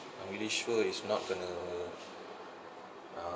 I'm really sure it's not gonna uh